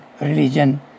religion